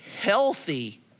healthy